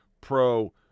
pro